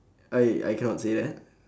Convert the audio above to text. I I cannot say that